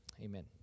Amen